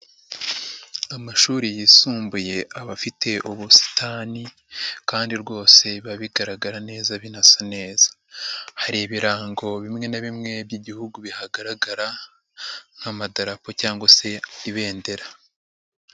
Amashuri yisumbuye aba afite ubusitani kandi rwose biba bigaragara neza binasa neza. Hari ibirango bimwe na bimwe by'igihugu bihagaragara, nk'amadarapo cyangwa se ibendera.